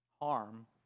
harm